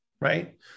right